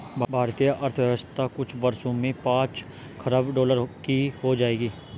भारतीय अर्थव्यवस्था कुछ वर्षों में पांच खरब डॉलर की हो जाएगी